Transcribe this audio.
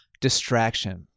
distraction